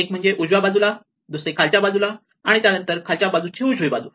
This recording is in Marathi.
एक म्हणजे उजव्या बाजूला दुसरी खालच्या बाजूला आणि त्यानंतर खालच्या बाजूची उजवी बाजू